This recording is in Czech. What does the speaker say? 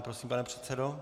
Prosím, pane předsedo.